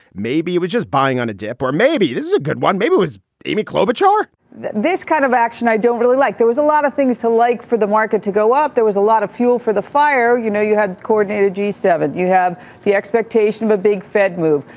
maybe you were just buying on a dip. or maybe this is a good one. maybe it was amy chlo but you're this kind of action i don't really like. there was a lot of things to like for the market to go up. there was a lot of fuel for the fire. you know, you had coordinated j seven. you have the expectation of a big fed move.